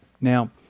Now